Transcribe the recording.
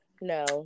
no